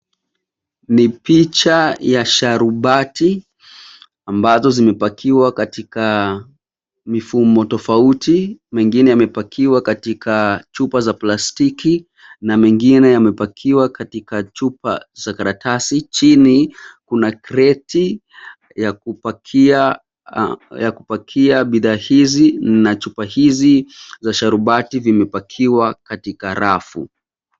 Ni picha ya sharubati ambazo zimepakiwa katika mifumo tofauti. Mengine yamepakiwa katika chupa za plastiki na mengine yamepakiwa katika chupa za karatasi. Chini kuna kreti ya kupakia bidhaa hizi na chupa hizi za sharubati vimepakiwa katika rafu.